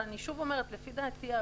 אבל אני שוב אומרת: לפי דעתי,